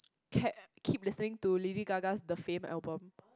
kept keep listening to Lady-Gaga's the Fame album